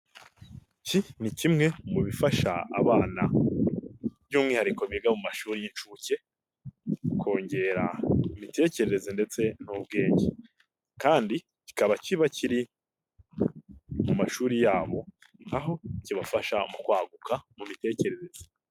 Iki ni kimwe mu bifasha abana, by'umwihariko biga mu mashuri y'inshuke, kongera imitekerereze ndetse n'ubwenge kandi kikaba kiba kiri mu mashuri yabo, aho kibafasha mu kwaguka mu mitekerereze.